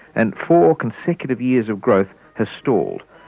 and four consecutive years of growth have stalled.